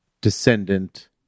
descendant